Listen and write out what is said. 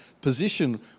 position